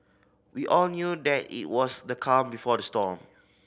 we all knew that it was the calm before the storm